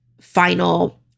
final